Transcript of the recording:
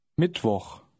Mittwoch